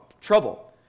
trouble